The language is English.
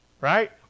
Right